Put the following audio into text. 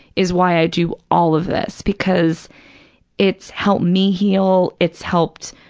is why i do all of this, because it's helped me heal. it's helped,